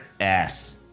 ass